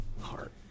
heart